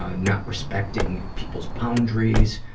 ah not respecting people's boundaries,